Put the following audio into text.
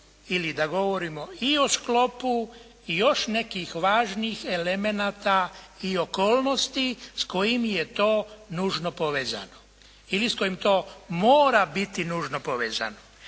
ili da govorimo i o sklopu još nekih važnih elemenata i okolnosti s kojim je to nužno povezano ili s kojim to mora biti nužno povezano.